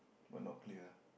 but not clear ah